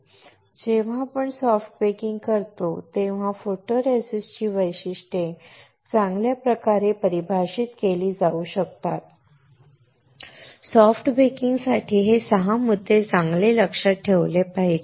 जेव्हा आपण soft baking करतो तेव्हा फोटोरेसिस्टची वैशिष्ट्ये चांगल्या प्रकारे परिभाषित केली जाऊ शकतात सॉफ्ट बेकिंग साठी हे 6 मुद्दे चांगले लक्षात ठेवले पाहिजेत